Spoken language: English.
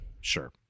Sure